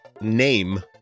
name